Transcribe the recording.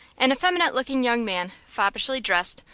an effeminate-looking young man, foppishly dressed,